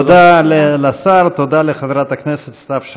תודה לשר, תודה לחברת הכנסת סתיו שפיר.